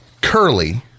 curly